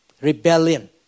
rebellion